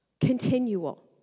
continual